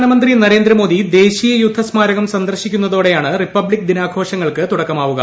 പ്രധാനമന്ത്രി നരേന്ദ്രമോദി ദേശീയ യുദ്ധസ്മാരകം സന്ദർശിക്കുന്ന തോടെയാണ് റിപ്പബ്ലിക് ദിനാഘോഷങ്ങൾക്ക് തുടക്കമാവുക